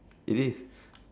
it is